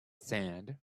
sand